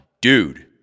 dude